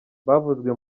bavuzwe